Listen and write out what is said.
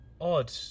odd